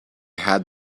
had